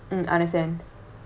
mm understand